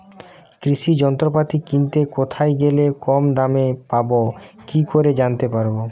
কৃষি যন্ত্রপাতি কিনতে কোথায় গেলে কম দামে পাব কি করে জানতে পারব?